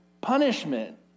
punishment